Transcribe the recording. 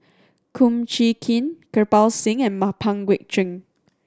Kum Chee Kin Kirpal Singh and Pang Guek Cheng